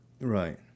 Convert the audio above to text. Right